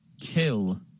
Kill